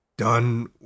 Done